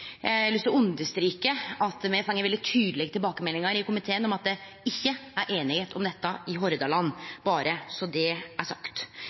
å understreke at me har fått veldig tydelege tilbakemeldingar i komiteen om at det ikkje er einigheit om dette i Hordaland – berre så det er sagt.